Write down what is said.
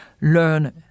learn